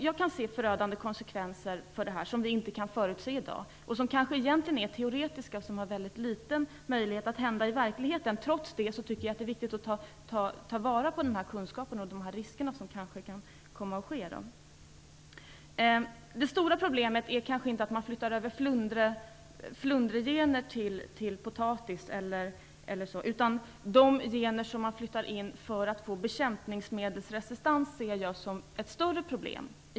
Jag kan se förödande konsekvenser för det här som vi inte kan förutse i dag. De kanske egentligen är teoretiska och har väldigt liten möjlighet att inträffa i verkligheten, men trots det tycker jag att det är viktigt att ta vara på kunskapen om de här riskerna. Det stora problemet är kanske inte att man flyttar över flundregener till potatis eller så. Jag ser de gener som man flyttar in för att få bekämpningsmedelsresistens som ett egentligen större problem.